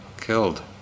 killed